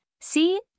See